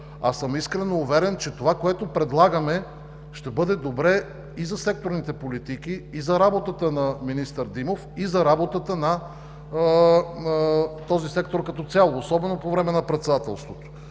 а съм искрено уверен, че това, което предлагаме, ще бъде добре и за секторните политики, и за работата на министър Димов, и за работата на този сектор като цяло, особено по време на председателството.